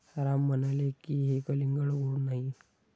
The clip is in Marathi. राम म्हणाले की, हे कलिंगड गोड नाही